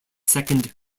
second